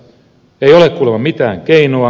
ei ole kuulemma mitään keinoa